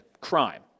crime